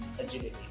agility